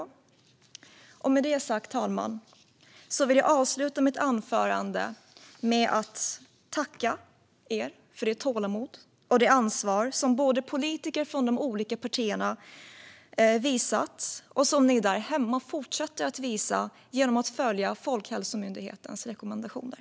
Det är alltså den andra orsaken. Med det sagt, fru talman, vill jag avsluta mitt anförande med att tacka er för det tålamod och ansvar som ni politiker från de olika partierna har visat och som ni där hemma fortsätter att visa när ni följer Folkhälsomyndighetens rekommendationer.